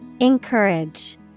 Encourage